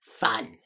fun